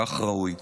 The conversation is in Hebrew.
כך ראוי.